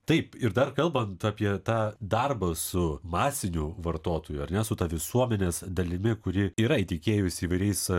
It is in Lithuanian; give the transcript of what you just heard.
taip ir dar kalbant apie tą darbą su masiniu vartotoju ar ne su ta visuomenės dalimi kuri yra įtikėjusi įvairiais